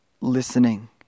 listening